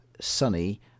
Sunny